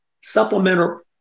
supplemental